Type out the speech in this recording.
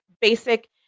basic